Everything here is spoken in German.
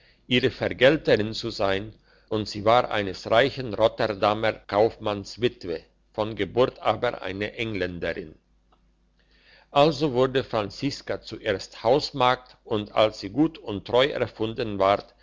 ihre vergelterin zu sein und sie war eines reichen rotterdamer kaufmanns witwe von geburt aber eine engländerin also wurde franziska zuerst hausmagd und als sie gut und treu erfunden ward